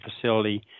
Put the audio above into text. facility